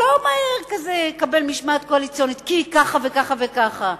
הוא לא יקבל מהר משמעת קואליציונית כי ככה וככה וככה.